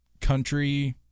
country